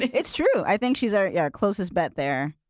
it's true. i think she's our yeah closest bet there.